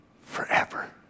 forever